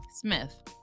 Smith